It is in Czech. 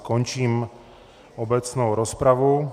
Končím obecnou rozpravu.